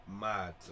Mad